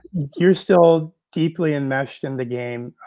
you're still deeply immeshed in the game.